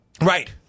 Right